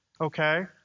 Okay